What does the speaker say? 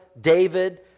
David